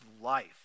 life